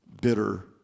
bitter